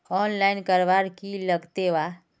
Online करवार की लगते वा?